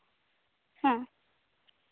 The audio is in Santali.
ᱦᱮᱸ